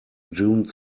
june